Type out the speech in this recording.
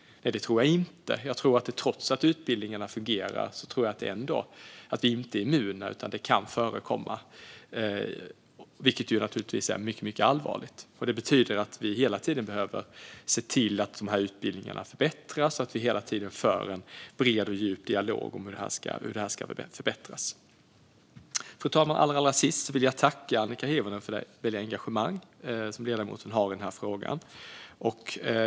Nej, det tror jag inte. Jag tror att vi, trots att utbildningarna fungerar, inte är immuna, utan detta kan förekomma, vilket naturligtvis är mycket allvarligt. Det betyder att vi hela tiden behöver se till att utbildningarna förbättras och att vi hela tiden för en bred och djup dialog om hur detta ska förbättras. Fru talman! Allra sist vill jag tacka Annika Hirvonen för det engagemang som ledamoten har i denna fråga.